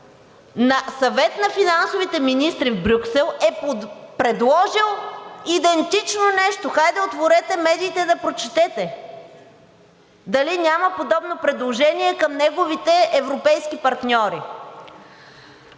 на Съвет на финансовите министри в Брюксел е предложил идентично нещо. Хайде, отворете медиите да прочетете дали няма подобно предложение към неговите европейски партньори.